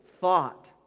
thought